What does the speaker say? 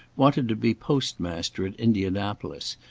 wanted to be postmaster at indianapolis,